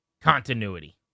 continuity